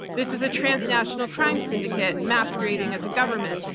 this is a transnational crime syndicate masquerading as a government.